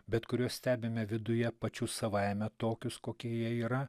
bet kuriuos stebime viduje pačių savaime tokius kokie jie yra